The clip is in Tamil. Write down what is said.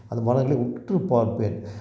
அந்த மரங்களை உற்றுப் பார்ப்பேன்